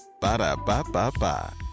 Ba-da-ba-ba-ba